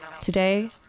Today